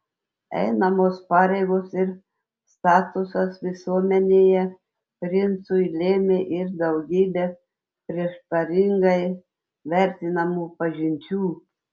einamos pareigos ir statusas visuomenėje princui lėmė ir daugybę prieštaringai vertinamų pažinčių